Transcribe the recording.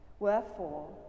Wherefore